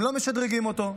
הם לא משדרגים אותו.